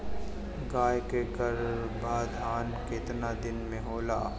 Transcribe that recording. गाय के गरभाधान केतना दिन के होला?